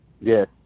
Yes